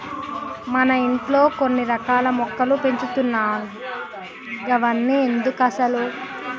మన ఇంట్లో కొన్ని రకాల మొక్కలు పెంచుతున్నావ్ గవన్ని ఎందుకసలు